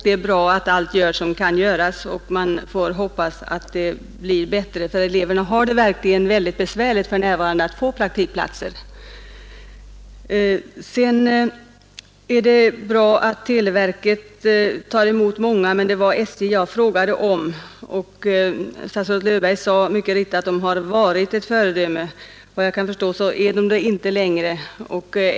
Det är bra att allt görs som kan göras, och jag hoppas att det blir bättre, ty eleverna har verkligen väldigt besvärligt för närvarande att få praktikplatser. Det är också bra att televerket tar emot många, men det var SJ jag frågade om. Statsrådet Löfberg sade mycket riktigt att SJ har varit ett föredöme. Efter vad jag kan förstå, förhåller det sig inte så längre.